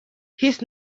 his